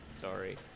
sorry